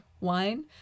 wine